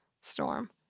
storm